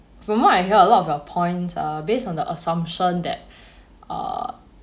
from what I hear a lot of your points are based on the assumption that err